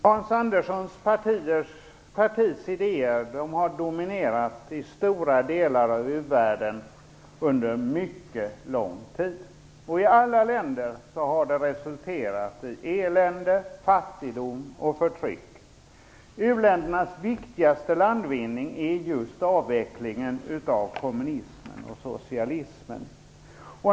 Herr talman! Hans Anderssons partis idéer har dominerat i stora delar av u-världen under en mycket lång tid. I alla länder har det resulterat i elände, fattigdom och förtryck. U-ländernas viktigaste landvinning är just avvecklingen av kommunismen och socialismen.